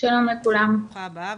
ברוכה הבאה.